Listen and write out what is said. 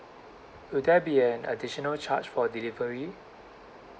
will there be an additional charge for delivery